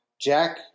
Jack